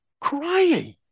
crying